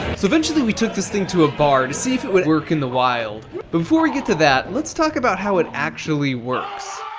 so eventually we took this thing to a bar to see if it would work in the wild but before we get to that, let's talk about how it actually works.